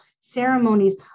ceremonies